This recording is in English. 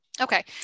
Okay